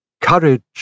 Courage